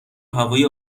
هوای